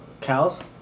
cows